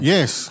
Yes